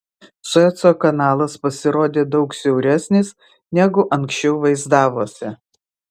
sueco kanalas pasirodė daug siauresnis negu anksčiau vaizdavosi